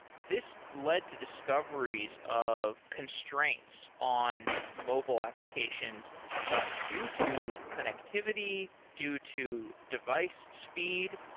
this led to discoveries of constraints on mobile applications ah due to connectivity, due to device speed.